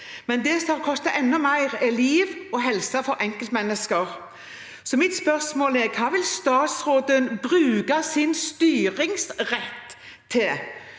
men det som har kostet enda mer, er liv og helse for enkeltmennesker. Mitt spørsmål er: Hva vil statsråden bruke sin styringsrett til